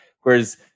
Whereas